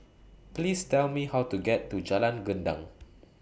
Please Tell Me How to get to Jalan Gendang